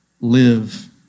live